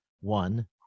one